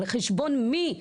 על חשבון מי?